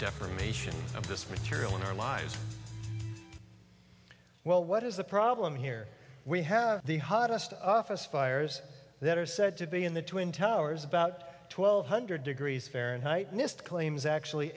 defamation of this material in our lives well what is the problem here we have the hottest office fires that are said to be in the twin towers about twelve hundred degrees fahrenheit nist claims actually